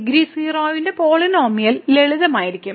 degree 0 ന്റെ polynomial ലളിതമായിരിക്കും